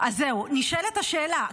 אז זהו, נשאלת השאלה.